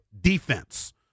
defense